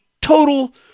total